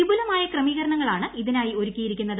വിപുലമായ ക്രമീകരണങ്ങളാണ് ഇതിനായി ഒരുക്കിയിരിക്കുന്നത്